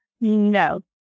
No